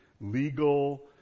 legal